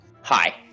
Hi